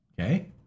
Okay